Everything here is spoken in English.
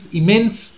immense